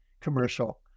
commercial